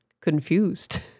confused